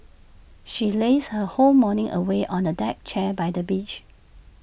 she lazed her whole morning away on A deck chair by the beach